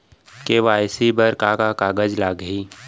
KYC बर का का कागज लागही?